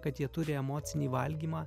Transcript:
kad jie turi emocinį valgymą